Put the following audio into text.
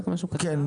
כן.